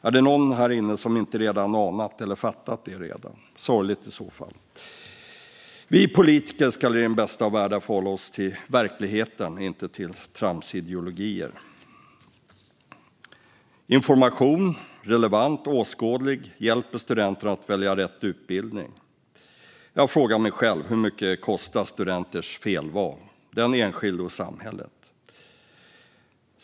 Är det någon här inne som inte redan anat eller fattat detta? Det är sorgligt i så fall. Vi politiker ska i den bästa av världar förhålla oss till verkligheten, inte till tramsideologier. Information, relevant och åskådlig, hjälper studenter att välja rätt utbildning. Jag frågar mig själv hur mycket studenters felval kostar den enskilde och samhället.